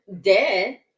dead